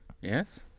Yes